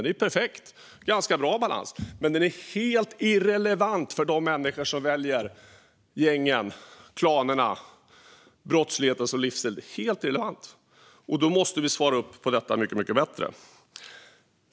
Den är perfekt och har en ganska bra balans, men den är helt irrelevant för de människor som väljer gängen, klanerna och brottsligheten som livsstil. Vi måste svara upp mot detta mycket bättre.